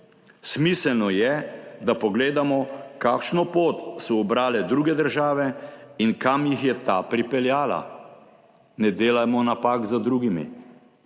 Smiselno je, da pogledamo, kakšno pot so ubrale druge države in kam jih je ta pripeljala. Ne delajmo napak za drugimi,